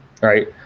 right